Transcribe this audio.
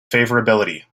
favorability